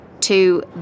To